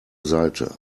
seite